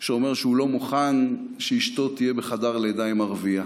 שאומר שהוא לא מוכן שאשתו תהיה בחדר לידה עם ערבייה.